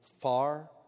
far